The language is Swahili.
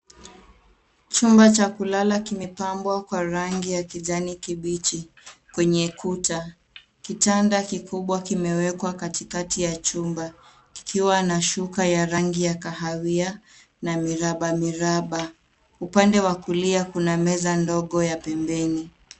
Chumba cha kulala kimepambwa kwa rangi ya kijani kibichi kwenye kuta. Kitanda kikubwa kimewekwa katikati ya chumba kikiwa na shuka ya rangi ya kahawia na miraba miraba. Upande wa kulia kuna meza ndogo ya pembeni.